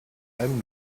einem